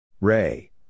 Ray